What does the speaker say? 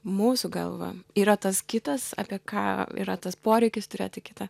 mūsų galva yra tas kitas apie ką yra tas poreikis turėti kitą